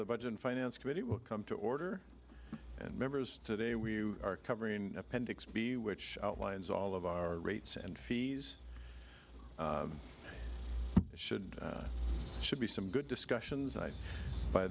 the budget and finance committee will come to order and members today we are covering appendix b which outlines all of our rates and fees should should be some good discussions i by